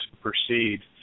proceed